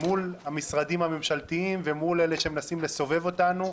מול המשרדים הממשלתיים ומול אלה שמנסים לסובב אותנו.